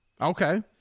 Okay